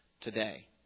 Today